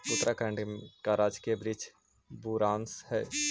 उत्तराखंड का राजकीय वृक्ष बुरांश हई